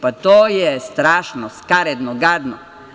Pa to je strašno, skaredno, gadno.